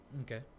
Okay